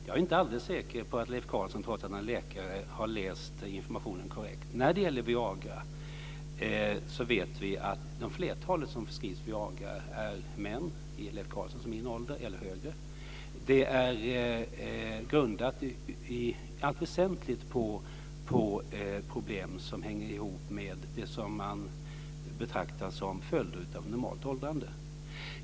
Fru talman! Jag är inte alldeles säker på att Leif Carlson, trots att han är läkare, har läst informationen korrekt. När det gäller Viagra vet vi att flertalet av de personer till vilka Viagra förskrivs är män i Leif Carlsons och min ålder, eller äldre. Detta grundas i allt väsentligt på problem som hänger ihop med vad som betraktas för följder av normalt åldrande.